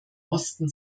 osten